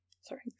Sorry